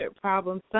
problems